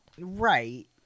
right